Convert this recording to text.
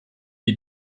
die